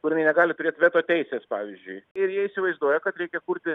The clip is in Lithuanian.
kur jinai negali turėti veto teisės pavyzdžiui ir jie įsivaizduoja kad reikia kurti